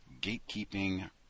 Gatekeeping